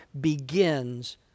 begins